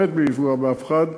באמת בלי לפגוע באף אחד,